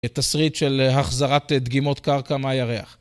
תסריט של החזרת דגימות קרקע מהירח